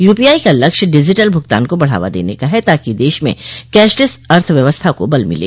UPI का लक्ष्य digital भुगतान को बढ़ावा देने का है ताकि देश में कैशलेस अर्थव्यवस्था को बल मिले